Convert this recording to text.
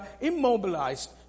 immobilized